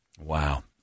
Wow